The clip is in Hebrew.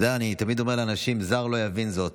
אתה יודע, אני תמיד אומר לאנשים: זר לא יבין זאת.